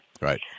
Right